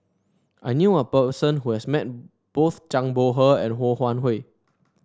I knew a person who has met both Zhang Bohe and Ho Wan Hui